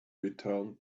return